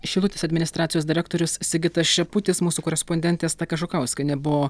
šilutės administracijos direktorius sigitas šeputis mūsų korespondentė asta kažukauskienė buvo